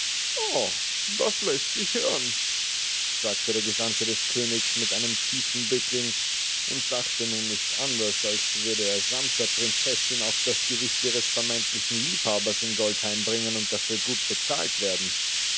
das läßt sich hören sagte der gesandte des königs mit einem tiefen bückling und dachte nun nicht anders als würde er samt der prinzessin auch das gewicht ihres vermeintlichen liebhabers in gold heimbringen und dafür gut bezahlt werden